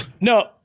no